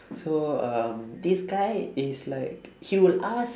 so um this guy is like he will ask